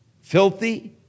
filthy